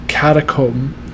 catacomb